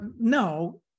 No